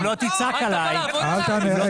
עידן, אל תענה.